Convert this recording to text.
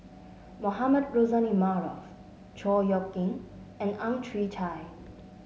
Mohamed Rozani Maarof Chor Yeok Eng and Ang Chwee Chai